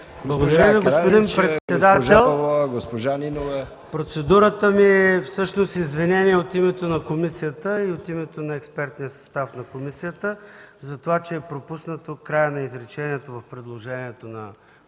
председател. Процедурата ми е всъщност извинение от името на комисията и от името на експертния състав на комисията, затова че е пропуснато в края на изречението в предложението на